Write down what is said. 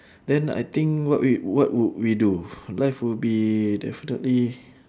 then I think what we what would we do life would be definitely